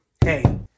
Hey